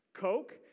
Coke